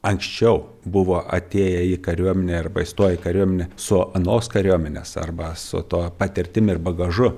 anksčiau buvo atėję į kariuomenę arba įstoję į kariuomenę su anos kariuomenės arba su tuo patirtim ir bagažu